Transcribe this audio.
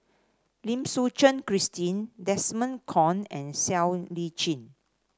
Lim Suchen Christine Desmond Kon and Siow Lee Chin